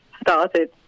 started